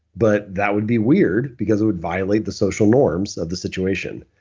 but that would be weird because it would violate the social norms of the situation.